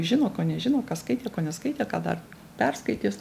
žino ko nežino ką skaitė ko neskaitė ką dar perskaitys